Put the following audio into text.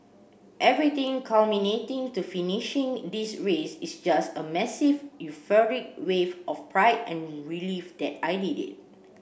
everything culminating to finishing this race is just a massive euphoric wave of pride and relief that I did it